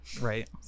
Right